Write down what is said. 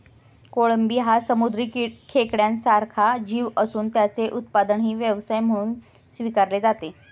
कोळंबी हा समुद्री खेकड्यासारखा जीव असून त्याचे उत्पादनही व्यवसाय म्हणून स्वीकारले जाते